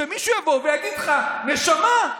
שמישהו יבוא ויגיד לך: נשמה,